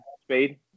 spade